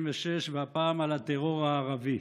36, והפעם על הטרור הערבי.